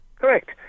Correct